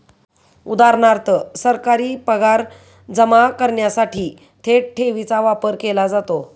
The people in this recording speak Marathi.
उदा.सरकारी पगार जमा करण्यासाठी थेट ठेवीचा वापर केला जातो